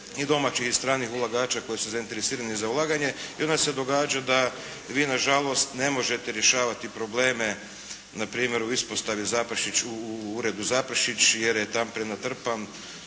i domaćih i stranih ulagača koji su zainteresirani za ulaganje i onda se događa da vi na žalost ne možete rješavati probleme npr. u ispostavi Zaprešić u uredu Zaprešić jer je tam prenatrpan